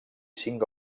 cinc